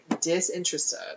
disinterested